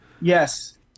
Yes